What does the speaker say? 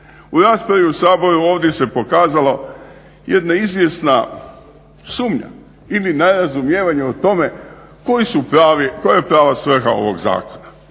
U raspravi u Saboru ovdje se pokazala jedna izvjesna sumnja ili nerazumijevanje o tome koja je prava svrha ovog zakona.